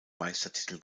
meistertitel